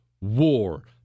war